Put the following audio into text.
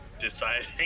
deciding